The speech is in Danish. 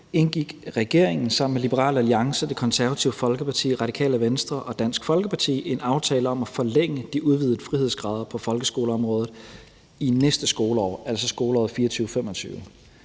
indgik regeringen sammen med Liberal Alliance, Det Konservative Folkeparti, Radikale Venstre og Dansk Folkeparti en aftale om at forlænge de udvidede frihedsgrader på folkeskoleområdet i næste skoleår, altså skoleåret 2024/25.